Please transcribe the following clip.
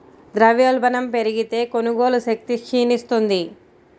ద్రవ్యోల్బణం పెరిగితే, కొనుగోలు శక్తి క్షీణిస్తుంది